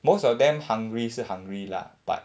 most of them hungry 是 hungry lah but